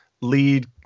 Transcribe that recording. lead